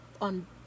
on